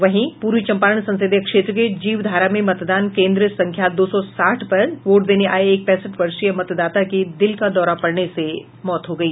वहीं पूर्वी चम्पारण संसदीय क्षेत्र के जीवधारा में मतदान केन्द्र संख्या दो सौ साठ पर वोट देने आये एक पैंसठ वर्षीय मतदाता की दिल का दौरा पड़ने से मौत हो गई